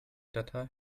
datei